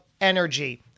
energy